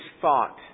thought